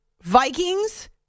Vikings